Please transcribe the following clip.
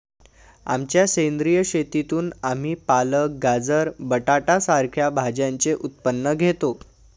आमच्या सेंद्रिय शेतीतून आम्ही पालक, गाजर, बटाटा सारख्या भाज्यांचे उत्पन्न घेतो